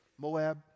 Moab